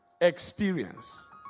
Experience